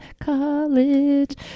College